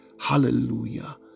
hallelujah